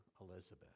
Elizabeth